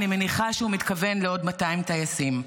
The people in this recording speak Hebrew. אני מניחה שהוא מתכוון לעוד 200 טייסים.